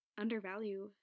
undervalue